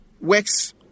works